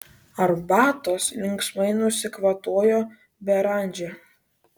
arbatos linksmai nusikvatojo beranžė